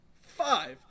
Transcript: five